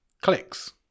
clicks